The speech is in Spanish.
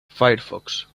firefox